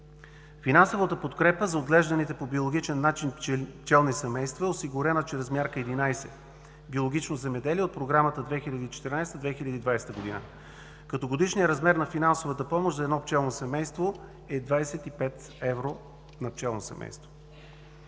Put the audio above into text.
Финансовата подкрепа за отглежданите по биологичен начин пчелни семейства е осигурена чрез Мярка 11 „Биологично земеделие“ от Програмата 2014 – 2020 г., като годишният размер на финансовата помощ за едно пчелно семейство е 25 евро на пчелно семейство.